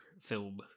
Film